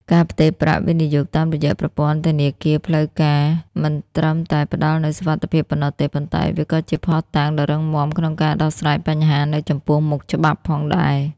ការផ្ទេរប្រាក់វិនិយោគតាមរយៈ ប្រព័ន្ធធនាគារផ្លូវការ មិនត្រឹមតែផ្ដល់នូវសុវត្ថិភាពប៉ុណ្ណោះទេ ប៉ុន្តែវាក៏ជាភស្តុតាងដ៏រឹងមាំក្នុងការដោះស្រាយបញ្ហានៅចំពោះមុខច្បាប់ផងដែរ។